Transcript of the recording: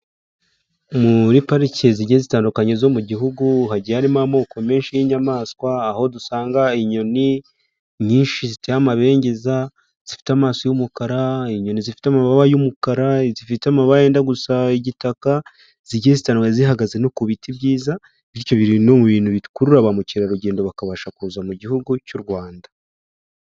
Muri pariki zigiye zitandukanye zo mu gihugu hagiye harimo amoko menshi y'inyamaswa, aho dusanga inyoni nyinshi ziteye amabengeza zifite amaso y'umukara, inyoni zifite amababa y'umukara, izifite amababa yenda gusa igitaka, zigiye zitandukanye zihagaze no ku biti byiza, bityo biri no mu bintu bikurura ba mukerarugendo bakabasha kuza mu gihugu cy'u Rwanda.